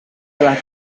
telah